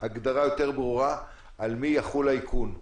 הגדרה יותר ברורה על מי יחול האיכון.